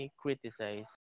criticize